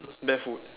barefoot